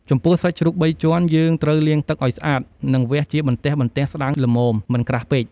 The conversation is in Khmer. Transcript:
ចំពោះសាច់ជ្រូកបីជាន់ យើងត្រូវលាងទឹកឱ្យស្អាត និងវះជាបន្ទះៗស្ដើងល្មម មិនក្រាស់ពេក។